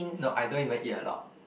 no I don't even eat a lot